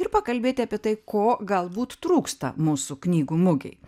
ir pakalbėti apie tai ko galbūt trūksta mūsų knygų mugei